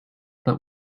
but